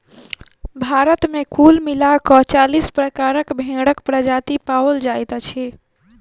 भारत मे कुल मिला क चालीस प्रकारक भेंड़क प्रजाति पाओल जाइत अछि